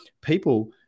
people